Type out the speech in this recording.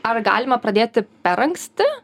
ar galima pradėti per anksti